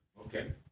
Okay